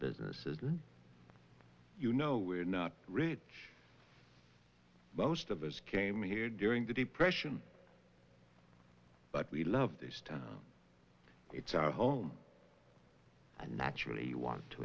business is you know we're not rich most of us came here during the depression but we love this town it's our home and naturally want to